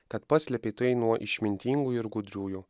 kad paslėpei tai nuo išmintingųjų ir gudriųjų